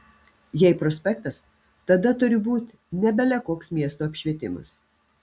jei prospektas tada turi būt ne bele koks miesto apšvietimas